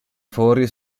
fori